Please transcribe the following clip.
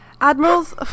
Admirals